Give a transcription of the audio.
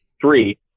three